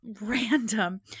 random